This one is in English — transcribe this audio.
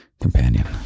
companion